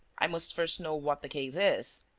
i must first know what the case is.